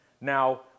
Now